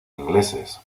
ingleses